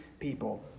People